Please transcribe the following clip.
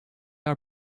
our